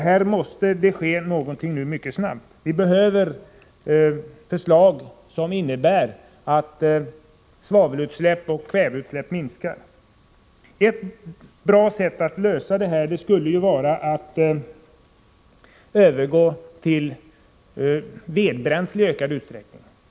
Här måste nu någonting ske mycket snabbt. Vi behöver förslag som innebär att svavelutsläppen och kväveutsläppen minskar. Ett bra sätt att lösa detta skulle vara att övergå till vedbränsle i ökad utsträckning.